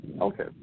Okay